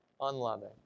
unloving